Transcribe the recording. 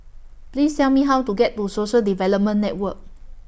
Please Tell Me How to get to Social Development Network